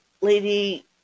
lady